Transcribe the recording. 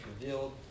revealed